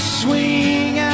swing